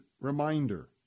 Reminder